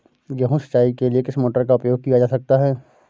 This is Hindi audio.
गेहूँ सिंचाई के लिए किस मोटर का उपयोग किया जा सकता है?